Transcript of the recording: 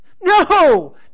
no